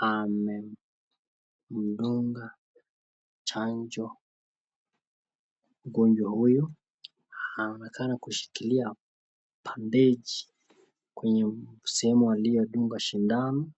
wamemdunga chanjo mgonjwa huyu anaonekana kushikilia badeji kwenye sehemu aliyodunga sidano.